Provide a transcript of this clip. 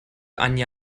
anja